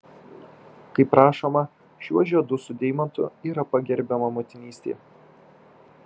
kaip rašoma šiuo žiedu su deimantu yra pagerbiama motinystė